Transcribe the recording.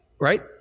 right